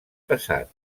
passat